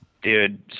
Dude